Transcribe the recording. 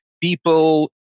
people